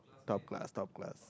top class top class